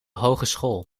hogeschool